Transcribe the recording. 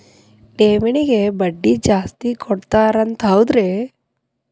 ಠೇವಣಿಗ ಬಡ್ಡಿ ಜಾಸ್ತಿ ಕೊಡ್ತಾರಂತ ಹೌದ್ರಿ?